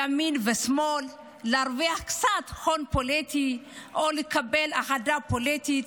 ימין ושמאל ולהרוויח קצת הון פוליטי או לקבל אהדה פוליטית.